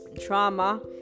trauma